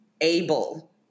able